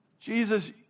Jesus